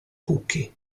cookie